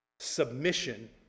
submission